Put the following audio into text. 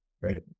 right